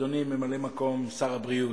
אדוני ממלא-מקום שר הבריאות,